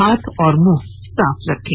हाथ और मुंह साफ रखें